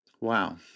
Wow